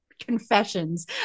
Confessions